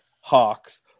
Hawks